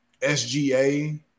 SGA